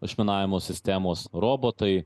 išminavimo sistemos robotai